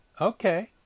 okay